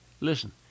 listen